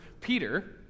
Peter